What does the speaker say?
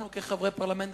אנחנו כחברי פרלמנט,